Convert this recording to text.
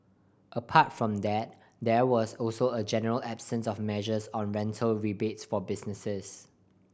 apart from that there was also a general absence of measures on rental rebates for businesses